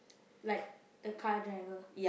like the car driver